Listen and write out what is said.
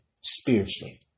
spiritually